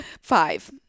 Five